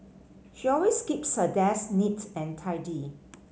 she always keeps her desk neat and tidy